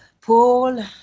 Paul